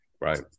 Right